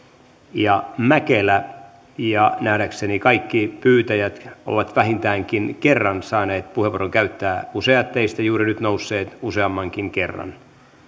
ja mäkelä nähdäkseni kaikki pyytäjät ovat vähintäänkin kerran saaneet puheenvuoron käyttää useat teistä juuri nyt pyytämään nousevista useammankin kerran